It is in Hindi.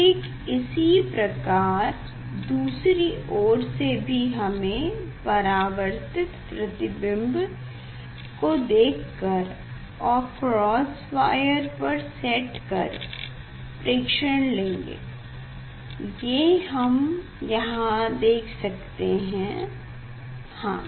ठीक इसी प्रकार दूसरी ओर से भी हमें परावर्तित प्रतबिम्ब को देख कर और क्रॉस वायर पर सेट कर प्रेक्षण लेंगे ये हम यहाँ देख सकते हैं हाँ